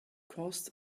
caused